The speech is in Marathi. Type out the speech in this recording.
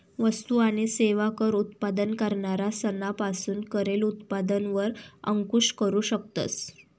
वस्तु आणि सेवा कर उत्पादन करणारा सना पासून करेल उत्पादन वर अंकूश करू शकतस